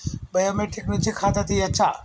Biometric నుంచి ఖాతా తీయచ్చా?